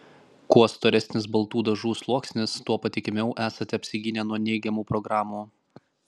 kuo storesnis baltų dažų sluoksnis tuo patikimiau esate apsigynę nuo neigiamų programų